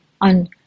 on